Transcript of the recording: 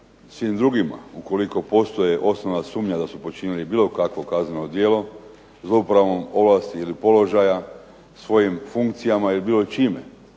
svim drugima ukoliko postoji osnovana sumnja da su počinili bilo kakvo kazneno djelo zlouporabom ovlasti ili položaja svojim funkcijama ili bilo čime.